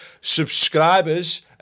Subscribers